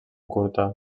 curta